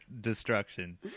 destruction